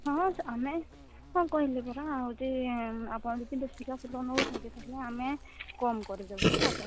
ହଁ ଆମେ ହଁ କହିଲି ପରା ହେଉଛି ଆପଣ ଯଦି ବେଶୀକା ଫୁଲ ନେଉଛନ୍ତି ତା'ହେଲେ ଆମେ କମ୍ କରିଦେବୁ ହେଲା ତ